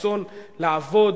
רצון לעבוד,